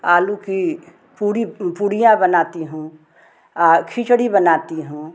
आलू की पूरी पूरियाँ बनाती हूँ खिचड़ी बनाती हूँ